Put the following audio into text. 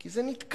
כי זה נתקע.